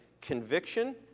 Conviction